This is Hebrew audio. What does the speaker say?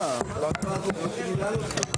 הישיבה ננעלה בשעה